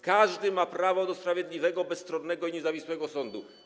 Każdy ma prawo do sprawiedliwego, bezstronnego i niezawisłego sądu.